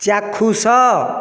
ଚାକ୍ଷୁଷ